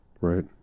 right